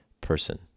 person